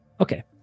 okay